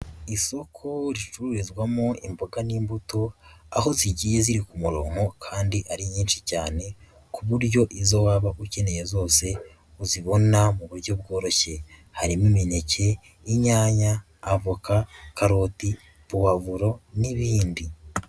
Isoko ricururizwamo imboga n'imbuto aho zigiye ziri ku muronko kandi ari nyinshi cyane ku buryo izo waba ukeneye zose uzibona mu buryo bworoshye, harimo imineke, inyanya, avoka, karoti, puwavuro n'ibindi.